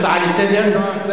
הצעה לסדר-היום?